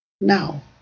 Now